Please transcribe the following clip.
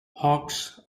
hawks